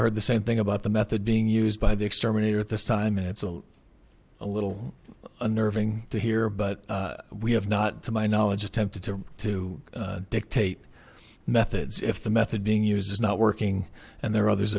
heard the same thing about the method being used by the exterminator at this time it's a little unnerving to hear but we have not to my knowledge attempted to to dictate methods if the method being used is not working and there are others